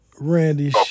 Randy